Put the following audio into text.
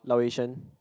Lao Yu Sheng